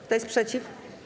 Kto jest przeciw?